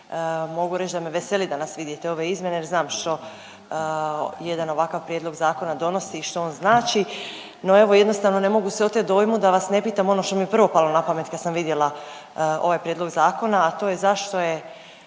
mogu reć da me veseli danas vidjeti ove izmjene, jer znam što jedan ovakav prijedlog zakona donosi i što on znači. No, evo jednostavno ne mogu se otet dojmu da vas ne pitam ono što mi je prvo palo na pamet kad sam vidjela ovaj prijedlog zakona, a to je zašto je